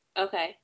Okay